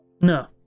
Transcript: no